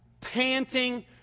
panting